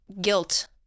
guilt